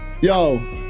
yo